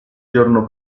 giorno